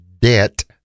debt